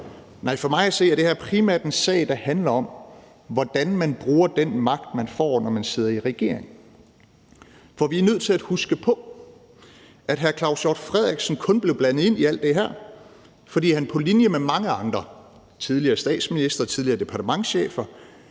nej, for mig at se er det her primært en sag, der handler om, hvordan man bruger den magt, man får, når man sidder i regering. For vi er nødt til at huske på, at hr. Claus Hjort Frederiksen kun blev blandet ind i alt det her, fordi han på linje med mange andre, tidligere statsministre, tidligere departementschefer,